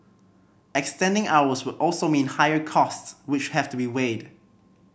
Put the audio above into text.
extending hours would also mean higher costs which have to be weighed